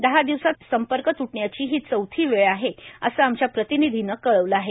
दहा दिवसांत संपर्क तुटण्याची ही चौथी वेळ आहे असं आमच्या प्रतिनिधीणे कळवलं आहे